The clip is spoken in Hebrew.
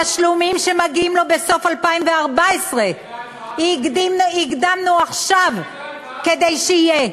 תשלומים שמגיעים לו בסוף 2014 הקדמנו עכשיו כדי שיהיה.